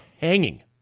hanging